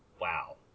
wow